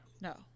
No